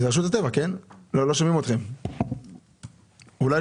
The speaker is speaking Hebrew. אנחנו ממשיכים עם השירותים שלנו ובעיקר